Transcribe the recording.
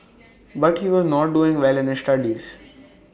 but he was not doing well in his studies